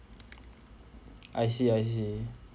I see I see